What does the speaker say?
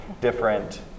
different